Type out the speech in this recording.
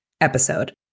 episode